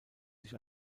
sich